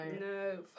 No